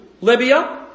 Libya